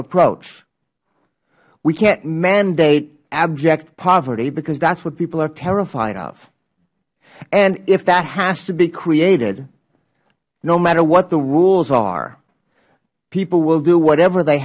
approach we cant mandate abject poverty because that is what people are terrified of if that has to be created no matter what the rules are people will do whatever they